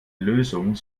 lösung